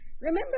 Remember